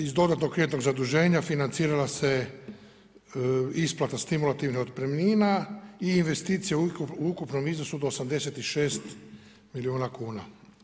Iz dodatnog jednog zaduženja financirala se isplata stimulativnog otpremnina i investicija u ukupnom iznosu od 86 milijuna kuna.